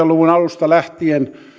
luvun alusta lähtien